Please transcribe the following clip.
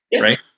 right